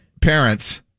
parents